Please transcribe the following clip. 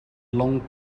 long